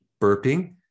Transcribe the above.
burping